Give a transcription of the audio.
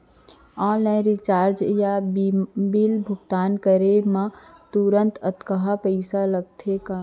Online recharge या bill भुगतान करे मा तुरंत अक्तहा पइसा लागथे का?